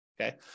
okay